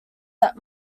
that